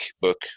Book